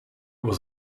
was